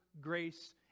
grace